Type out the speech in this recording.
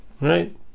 Right